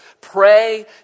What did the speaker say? pray